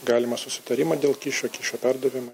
galimą susitarimą dėl kyšio kyšio perdavimo